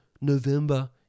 November